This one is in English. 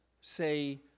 say